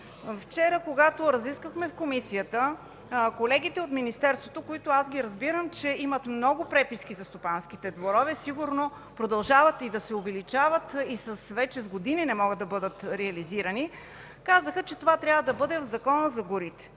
Вчера, когато разисквахме в Комисията, колегите от Министерството, които аз разбирам, че имат много преписки за стопанските дворове, сигурно продължават и да се увеличават и вече с години не могат да бъдат реализирани, казаха, че това трябва да бъде в Закона за горите.